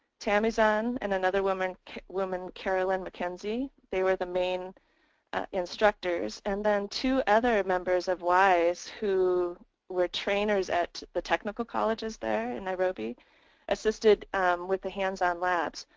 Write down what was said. tamizan and another woman woman carolyn mckenzie they were the main instructors. and then two other members of wise who were trainers at the technical colleges there in nairobi assisted with the hands on labs.